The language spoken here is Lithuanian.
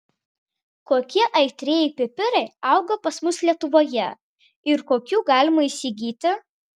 kokie aitrieji pipirai auga pas mus lietuvoje ir kokių galima įsigyti